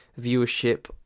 viewership